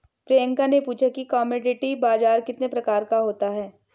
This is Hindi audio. प्रियंका ने पूछा कि कमोडिटी बाजार कितने प्रकार का होता है?